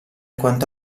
quanto